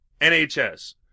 NHS